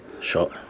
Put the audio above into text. shot